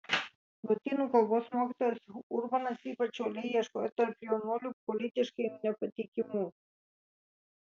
lotynų kalbos mokytojas urbanas ypač uoliai ieškojo tarp jaunuolių politiškai nepatikimų